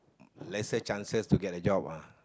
lesser chances to get the job ah